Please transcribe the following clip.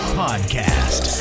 podcast